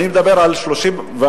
אני מדבר על 34.8%